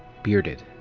bearded.